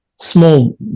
small